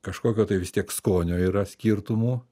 kažkokio tai vis tiek skonio yra skirtumų